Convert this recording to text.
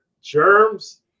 germs